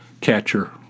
catcher